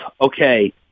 okay